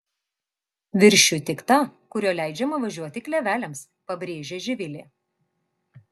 viršiju tik tą kuriuo leidžiama važiuoti kleveliams pabrėžė živilė